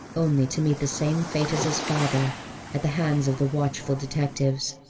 only to meet the same fate as his father at the hands of the watchful detectives.